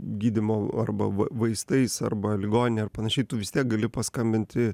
gydymo arba va vaistais arba ligoninė panašiai tu vis tiek gali paskambinti